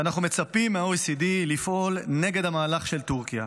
שאנחנו מצפים מה-OECD לפעול נגד המהלך של טורקיה.